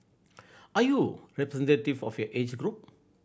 are you representative of your age group